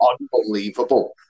unbelievable